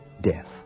Death